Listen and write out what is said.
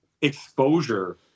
exposure